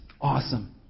Awesome